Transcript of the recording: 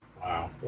Wow